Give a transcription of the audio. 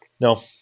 No